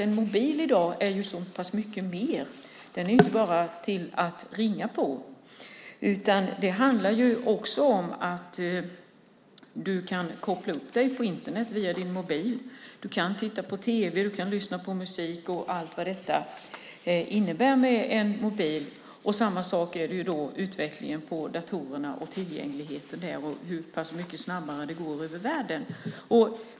En mobil i dag är ju så mycket mer än en telefon. Den är inte bara till för att ringa på. Man kan också koppla upp sig på Internet via sin mobil. Man kan titta på tv och lyssna på musik med en mobil. Samma sak är det när det gäller utvecklingen av datorerna, tillgängligheten där och hur mycket snabbare det går över världen.